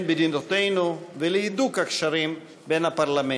מדינותינו ולהידוק הקשרים בין הפרלמנטים.